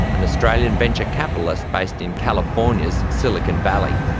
an australian venture capitalist based in california's silicon valley.